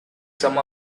some